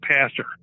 pastor